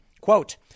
Quote